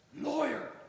lawyer